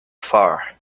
far